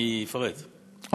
אני אפרט, אני אפרט.